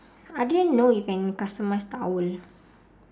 I didn't know you can customise towel